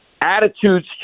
attitudes